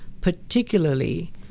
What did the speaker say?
particularly—